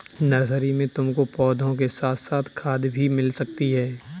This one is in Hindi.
नर्सरी में तुमको पौधों के साथ साथ खाद भी मिल सकती है